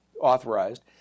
authorized